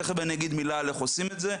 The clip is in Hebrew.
תיכף אני אגיד מילה איך עושים את זה.